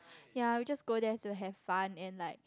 ya we just go there to have fun and like